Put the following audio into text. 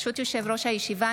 ברשות יושב-ראש הישיבה,